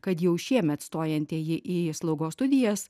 kad jau šiemet stojantieji į slaugos studijas